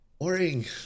boring